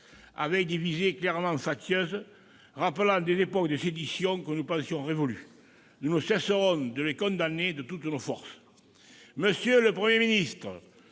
avec des visées clairement factieuses, rappelant des époques de sédition que nous pensions révolues. Nous ne cesserons de les condamner de toutes nos forces. Monsieur le Premier ministre,